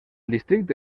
districte